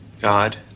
God